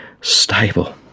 stable